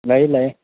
ꯂꯩ ꯂꯩ